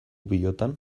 pilotan